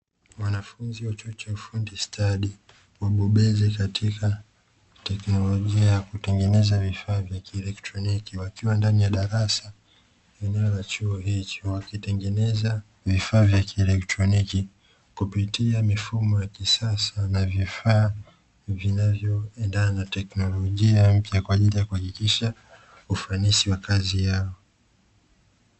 Mwanafunzi wa chuo cha ufundi stadi, ubobezi katika teknolojia ya kutengeneza vifaa vya kieletroniki, wakiwa ndani ya darasa la chuo hicho wakitengeneza vifaa vya kieletroniki, kupitia mifumo ya kisasa na vifaa vinavyoendena na teknolojia mpya kwaajili ya kuhakikisha ufanisi wa kazi yao.